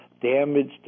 damaged